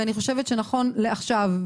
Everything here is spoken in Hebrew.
ואני חושבת שנכון לעכשיו,